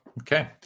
Okay